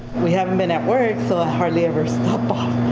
we haven't been at work so ah hard labors bomb.